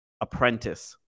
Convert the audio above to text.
apprentice